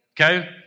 Okay